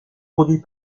produit